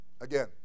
again